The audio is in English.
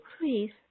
Please